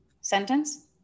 sentence